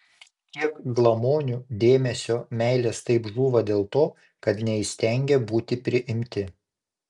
kiek glamonių dėmesio meilės taip žūva dėl to kad neįstengė būti priimti